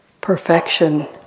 perfection